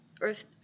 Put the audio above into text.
Earth